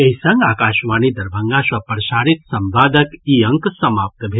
एहि संग आकाशवाणी दरभंगा सँ प्रसारित संवादक ई अंक समाप्त भेल